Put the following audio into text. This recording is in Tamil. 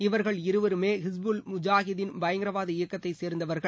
இவர்கள் இருவருமே ஹிஸ்புல் முஜாஹிதீன் பயங்கரவாத இயக்கத்தை சேர்ந்தவர்கள்